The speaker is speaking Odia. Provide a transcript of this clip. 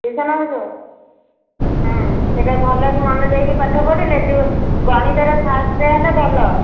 ଟ୍ୟୁସନ୍ ହେଉଛୁ ହଁ ସେଇଟା ଭଲକି ମନ ଦେଇକି ପାଠ ପଢ଼ିଲେ ଗଣିତରେ ଫାଷ୍ଟ୍ ହେଲେ ଭଲ